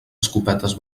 escopetes